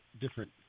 different